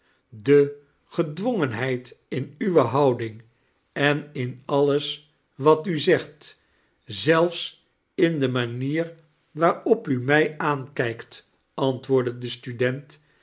de gedwongenheid in uwe houding en in alles wat u zegt zelfs in de manier waarop u mij aankijkt antwoordde de student